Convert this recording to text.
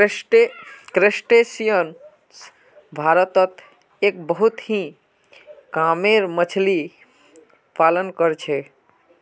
crustaceans भारतत एक बहुत ही कामेर मच्छ्ली पालन कर छे